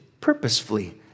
purposefully